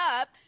up